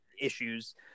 issues